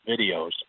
videos